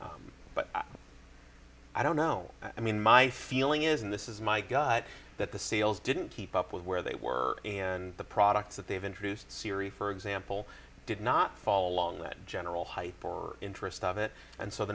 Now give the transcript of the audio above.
but i don't know i mean my feeling is and this is my gut that the sales didn't keep up with where they were and the products that they've introduced siri for example did not fall along that general hype or interest of it and so